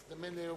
הזדמן לי היום,